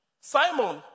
Simon